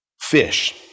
fish